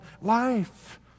life